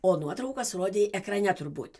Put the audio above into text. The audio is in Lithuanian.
o nuotraukas rodei ekrane turbūt